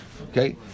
okay